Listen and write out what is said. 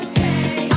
Okay